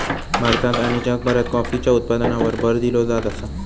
भारतात आणि जगभरात कॉफीच्या उत्पादनावर भर दिलो जात आसा